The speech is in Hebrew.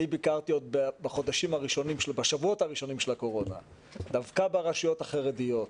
אני ביקרתי בשבועות הראשונים של הקורונה דווקא ברשויות החרדיות,